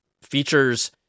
features